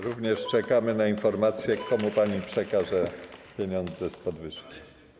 Również czekamy na informację, komu pani przekaże pieniądze z podwyżki.